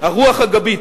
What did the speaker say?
הרוח הגבית,